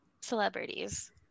celebrities